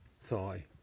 thigh